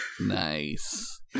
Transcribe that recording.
Nice